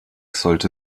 sollte